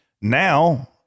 now